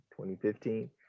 2015